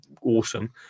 awesome